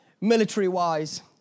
military-wise